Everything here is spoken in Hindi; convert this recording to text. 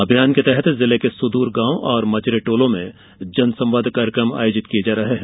अभियान के अंतर्गत जिले के सुदुर गांवों और मझरे टोलो में जनसंवाद कार्यकम आयोजित किये जा रहे हैं